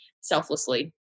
selflessly